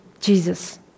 Jesus